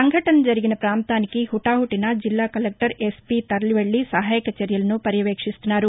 సంఘటన జరిగిన పాంతానికి హుటాహుటీన జిల్లా కలెక్టర్ ఎస్పీ తరలివెళ్ళి సహాయక చర్యలు పర్యవేక్షిస్తున్నారు